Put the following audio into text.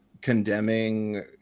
condemning